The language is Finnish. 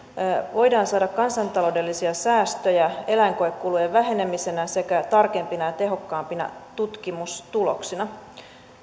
voidaan saada kansantaloudellisia säästöjä eläinkoekulujen vähenemisenä sekä tarkempina ja tehokkaampina tutkimustuloksina